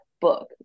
book